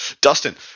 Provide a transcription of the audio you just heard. Dustin